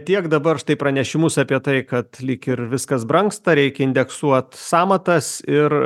tiek dabar štai pranešimus apie tai kad lyg ir viskas brangsta reik indeksuot sąmatas ir